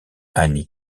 annie